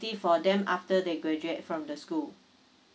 ty for them after they graduate from the school